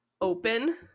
open